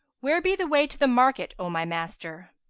where be the way to the market, o my master?